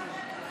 להסיר.